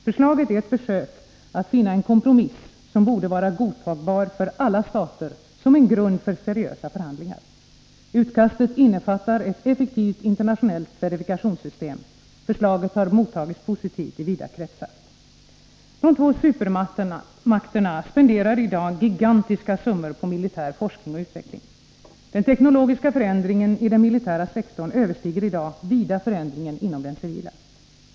Förslaget är ett försök att finna en kompromiss som borde vara godtagbar för alla stater som en grund för seriösa förhandlingar. Utkastet innefattar ett effektivt internationellt verifikationssystem. Förslaget har mottagits positivt i vida kretsar. De två supermakterna spenderar i dag gigantiska summor på militär forskning och utveckling. Den teknologiska förändringen i den militära sektorn överstiger vida förändringen inom den civila.